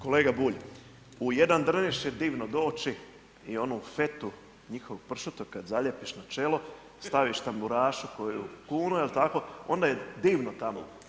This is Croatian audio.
Kolega Bulj, u jedan Drniš je divno doći i onu fetu njihovog pršuta kad zaljepiš na čelo, staviš tamburašu koju kunu jel tako, onda je divno tamo.